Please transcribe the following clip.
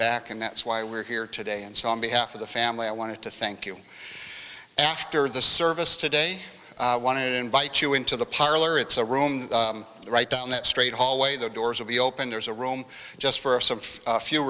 back and that's why we're here today and so on behalf of the family i want to thank you after the service today i want to invite you into the parlor it's a room right down that straight hallway the doors will be open there's a room just for a few